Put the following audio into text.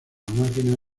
máquina